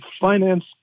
finance